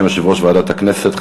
בשם יושב-ראש ועדת הכנסת,